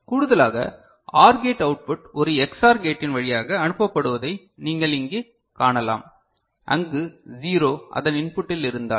கூடுதலாக OR gate output ஒரு EX OR கேட்டின் வழியாக அனுப்பப்படுவதை நீங்கள் இங்கே காணலாம் அங்கு 0 அதன் இன்புட்டில் இருந்தால்